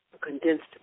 condensed